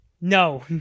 No